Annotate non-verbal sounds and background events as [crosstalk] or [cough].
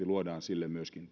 [unintelligible] luodaan myöskin [unintelligible]